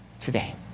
today